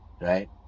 right